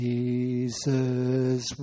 Jesus